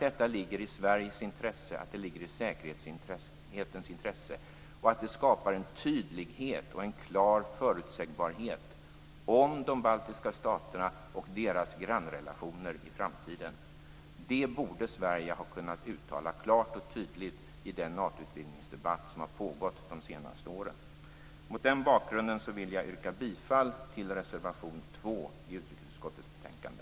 Detta ligger i Sveriges intresse, det ligger i säkerhetens intresse och det skapar en tydlighet och en klar förutsägbarhet om de baltiska staterna och deras grannrelationer i framtiden. Det borde Sverige ha kunnat uttala klart och tydligt i den Natoutvidgningsdebatt som har pågått de senaste åren. Mot den bakgrunden vill jag yrka bifall till reservation 2 till utrikesutskottets betänkande.